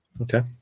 Okay